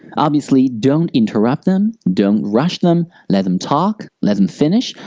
obviously, don't interrupt them, don't rush them, let them talk, let them finish,